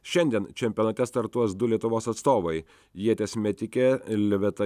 šiandien čempionate startuos du lietuvos atstovai ieties metikė liveta